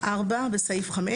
בסעיף 5